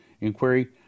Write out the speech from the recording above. inquiry